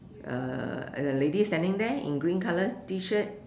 uh a lady standing there in green colour T-shirt